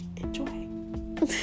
enjoy